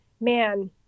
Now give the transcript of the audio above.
man